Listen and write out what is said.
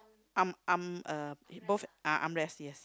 arm arm uh both uh armrest yes